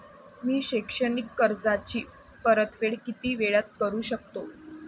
मी शैक्षणिक कर्जाची परतफेड किती वेळात करू शकतो